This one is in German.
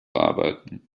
arbeiten